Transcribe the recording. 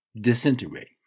disintegrate